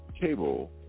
cable